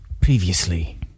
Previously